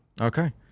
Okay